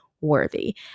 worthy